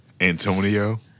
Antonio